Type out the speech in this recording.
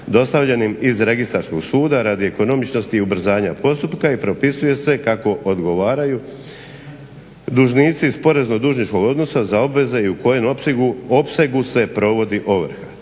dostavljenim iz registarskog suda radi ekonomičnosti i ubrzanja postupka i propisuje se kako odgovaraju dužnici iz porezno-dužničkog odnosa za obveze i u kojem opsegu se provodi ovrha.